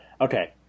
okay